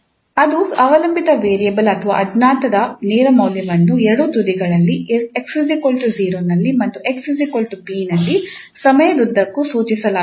ಅದು ಅವಲಂಬಿತ ವೇರಿಯೇಬಲ್ ಅಥವಾ ಅಜ್ಞಾತದ ನೇರ ಮೌಲ್ಯವನ್ನು ಎರಡೂ ತುದಿಗಳಲ್ಲಿ 𝑥 0 ನಲ್ಲಿ ಮತ್ತು 𝑥 𝑏 ನಲ್ಲಿ ಸಮಯದುದ್ದಕ್ಕೂ ಸೂಚಿಸಲಾಗುತ್ತದೆ